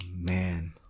man